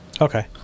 Okay